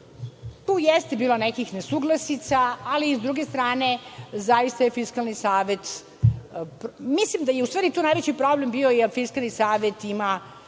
Tu jeste bilo nekih nesuglasica, ali s druge strane zaista je Fiskalni savet… Mislim da je tu najveći problem bio jer Fiskalni savet ima